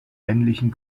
männlichen